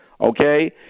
okay